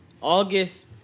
August